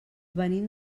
venim